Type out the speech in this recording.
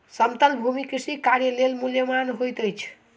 समतल भूमि कृषि कार्य लेल मूल्यवान होइत अछि